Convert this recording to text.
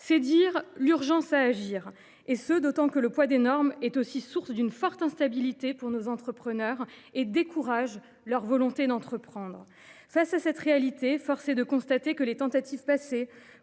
C’est dire l’urgence à agir, et ce d’autant que le poids des normes est aussi source d’une forte instabilité pour nos entrepreneurs et décourage leur volonté d’entreprendre. Face à cette réalité, force est de constater que les tentatives passées